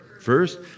First